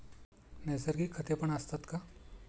नैसर्गिक खतेपण असतात का?